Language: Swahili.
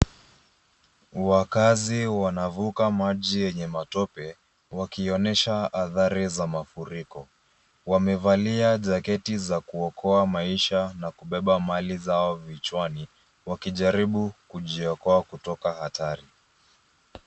Wakaazi wanavuka maji yenye matope, wakionyesha adhari za mafuriko. Wamevalia jaketi za kuokoa maisha na kubeba mali zao vichwani, wakijaribu kujiokoa kutoka hatari.